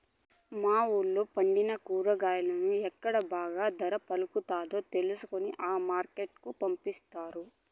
మా వూళ్ళో పండిన కూరగాయలను ఎక్కడ బాగా ధర పలుకుతాదో తెలుసుకొని ఆ మార్కెట్ కు పంపిస్తారు